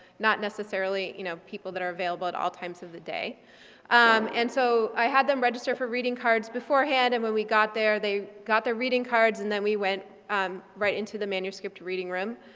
not necessarily you know people that are available at all times of the day um and so i had them register for reading cards beforehand and when we got there they got their reading cards and then we went right into the manuscript reading room.